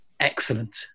excellent